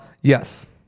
yes